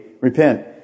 repent